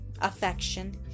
affection